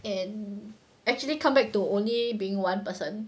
and actually come back to only being one person